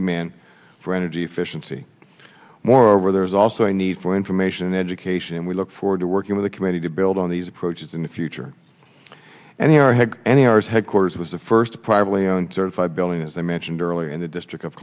demand for energy efficiency moreover there is also a need for information and education and we look forward to working with the committee to build on these approaches in the future and here i had any errors headquarters was the first privately owned five billion as i mentioned earlier in the district of